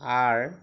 R